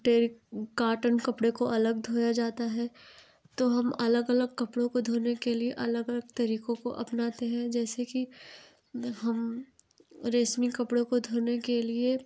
cotton कपड़े को अलग धोया जाता है तो हम अलग अलग कपड़ों को धोने के लिए अलग अलग तरीकों को अपनाते हैं जैसे कि हम रेशमी कपड़ों को धोने के लिए